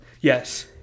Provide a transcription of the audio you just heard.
Yes